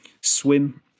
swim